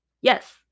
yes